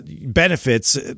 benefits